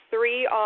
three